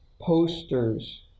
posters